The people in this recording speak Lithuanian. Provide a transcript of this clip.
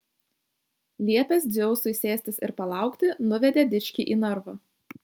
liepęs dzeusui sėstis ir palaukti nuvedė dičkį į narvą